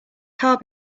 car